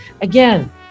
Again